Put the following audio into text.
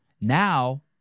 Now